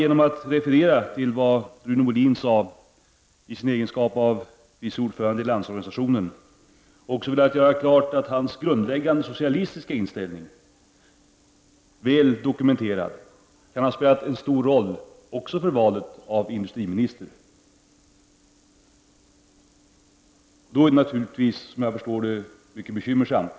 Genom att referera till vad Rune Molin sade i sin egenskap av vice ordförande i Landsorganisationen har jag också velat göra klart att hans grundläggande socialistiska inställning, väl dokumenterad, också kan ha spelat stor roll vid valet av industriminister. Såvitt jag förstår är detta förhållande mycket bekymmersamt.